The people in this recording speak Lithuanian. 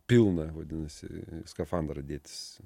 pilną vadinasi skafandrą dėtis